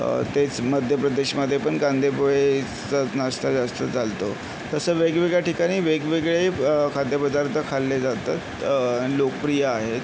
तेच मध्य प्रदेशमध्ये पण कांदेपोहेचा नाष्टा जास्त चालतो तसं वेगवेगळ्या ठिकाणी वेगवेगळे खाद्यपदार्थ खाल्ले जातात आणि लोकप्रिय आहेत